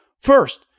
First